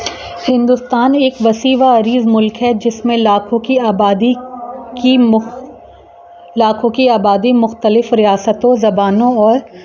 ہندوستان ایک وسیع و عریض ملک ہے جس میں لاکھوں کی آبادی کی لاکھوں کی آبادی مختلف ریاستوں زبانوں اور